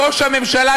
ראש הממשלה,